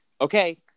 okay